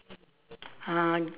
uh